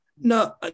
No